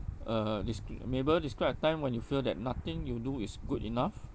uh descr~ mabel describe a time when you feel that nothing you do is good enough